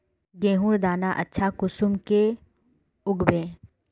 गेहूँर दाना अच्छा कुंसम के उगबे?